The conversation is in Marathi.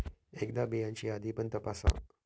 एकदा बियांची यादी पण तपासा